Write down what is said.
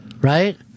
right